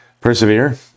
persevere